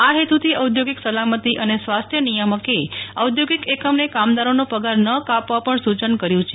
આ હેત્થી ઓંધોગિક સલામતી અને સ્વારથ્ય નિયામકે ઔદ્યોગિક એકમને કામદારોનાં પગાર ના કાપવા પણ સુચન કર્યું છે